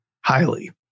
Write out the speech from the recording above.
highly